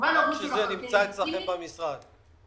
כמובן --- רק שזה נמצא אצלכם במשרד.